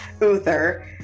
Uther